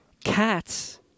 Cats